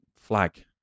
Flag